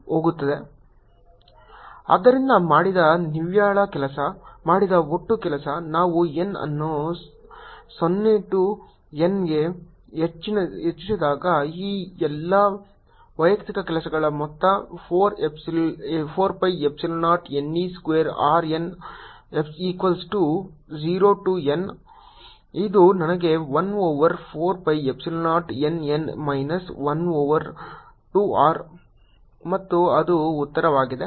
e14π0ne2R ಆದ್ದರಿಂದ ಮಾಡಿದ ನಿವ್ವಳ ಕೆಲಸ ಮಾಡಿದ ಒಟ್ಟು ಕೆಲಸ ನಾವು n ಅನ್ನು 0 ಟು N ಗೆ ಹೆಚ್ಚಿಸಿದಾಗ ಈ ಎಲ್ಲಾ ವೈಯಕ್ತಿಕ ಕೆಲಸಗಳ ಮೊತ್ತ 4 pi epsilon 0 ne square r n equals 0 to N ಇದು ನನಗೆ 1 over 4 pi epsilon 0 n n minus 1 over 2 r ಮತ್ತು ಅದು ಉತ್ತರವಾಗಿದೆ